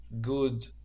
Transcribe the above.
good